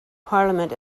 parliament